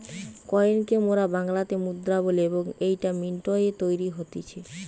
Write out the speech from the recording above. coin কে মোরা বাংলাতে মুদ্রা বলি এবং এইটা মিন্ট এ তৈরী হতিছে